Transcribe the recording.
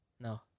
No